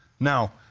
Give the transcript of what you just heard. now,